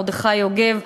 מרדכי יוגב,